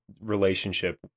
relationship